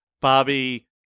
Bobby